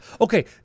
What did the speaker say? Okay